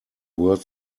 word